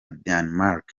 denmark